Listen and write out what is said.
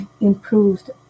improved